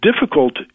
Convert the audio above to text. difficult